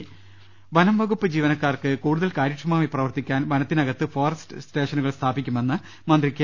രുട്ട്ട്ട്ട്ട്ട്ട്ട വനംവകുപ്പ് ജീവനക്കാർക്ക് കൂടുതൽ കാര്യക്ഷമമായി പ്രവർത്തിക്കാൻ വനത്തിനകത്ത് ഫോറസ്റ്റ് സ്റ്റേഷനുകൾ സ്ഥാപിക്കുമെന്ന് മന്ത്രി കെ